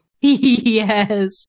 Yes